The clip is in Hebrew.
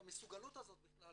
המסוגלות הזאת בכלל